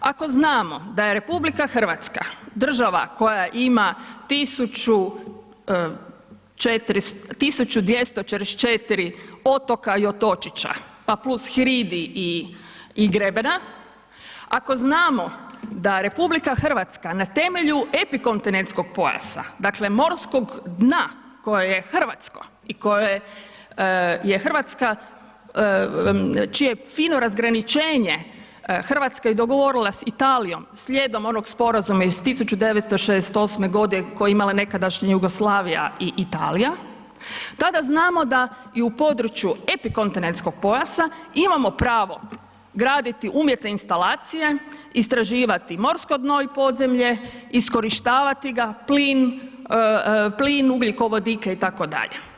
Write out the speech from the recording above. Ako znamo da je RH država koja ima 1.244 otoka i otočića pa plus hridi i grebena, ako znamo da RH na temelju epikontinentskog pojasa dakle morskog dna koje je Hrvatsko i koje je Hrvatska, čije fino razgraničenje Hrvatska je dogovorila s Italijom slijedom onog sporazuma iz 1968. godine koje je imala nekadašnja Jugoslavija i Italija, tada znamo da i u području epikontinentskog pojasa imamo pravo graditi umjetne instalacije, istraživati morsko dno i podzemlje, iskorištavati ga plin, ugljikovodike itd.